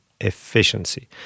efficiency